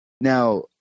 Now